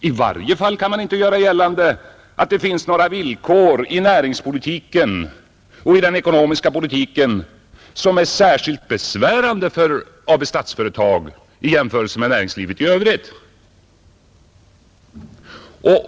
I varje fall kan man inte göra gällande att det finns några villkor i näringspolitiken och i den ekonomiska politiken som är särskilt besvärande för Statsföretag AB i jämförelse med näringslivet i övrigt.